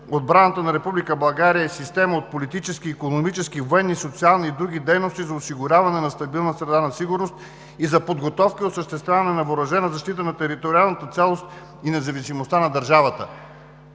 „отбраната на Република България е система от политически, икономически, военни, социални и други дейности, за осигуряване на стабилна среда на сигурност и за подготовка и осъществяване на въоръжена защита на териториалната цялост и независимостта на държавата“.